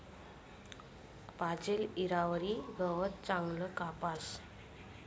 पाजेल ईयावरी गवत चांगलं कापास